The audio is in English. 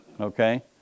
Okay